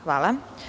Hvala.